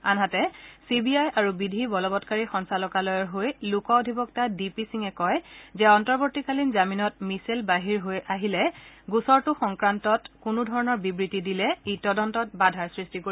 আনহাতে C B I আৰু বিধি বলবংকাৰী সঞ্চালকালয়ৰ হৈ লোক অধিবক্তা ডি পি সিঙে কয় যে অন্তৰ্তীকালীন জামিনত মিছেল বাহিৰলৈ ওলাই আহি গোচৰটো সংক্ৰান্তত কোনো ধৰণৰ বিবৃতি দিলে ই তদন্তত বাধাৰ সৃষ্টি কৰিব